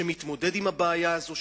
שמתמודד עם הבעיה הזאת?